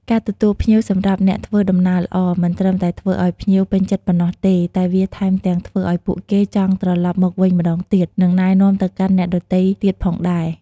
ការទទួលភ្ញៀវសម្រាប់អ្នកធ្វើដំណើរល្អ មិនត្រឹមតែធ្វើឲ្យភ្ញៀវពេញចិត្តប៉ុណ្ណោះទេ តែវាថែមទាំងធ្វើឲ្យពួកគេចង់ ត្រលប់មកវិញម្តងទៀត និងណែនាំទៅកាន់អ្នកដទៃទៀតផងដែរ។